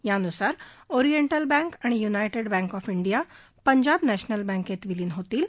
यानूसार oriental bank आणि united bank of India Punjab national बँकेत विलीन होतील